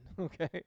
Okay